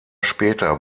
später